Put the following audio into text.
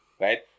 Right